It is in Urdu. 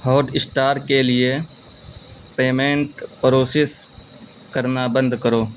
ہاٹ اسٹار کے لیے پیمنٹ پروسیس کرنا بند کرو